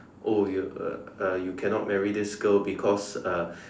oh you uh uh you cannot marry this girl because uh